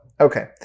okay